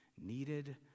needed